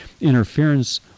interference